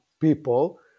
people